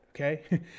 okay